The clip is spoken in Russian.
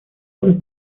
роль